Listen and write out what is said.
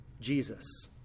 Jesus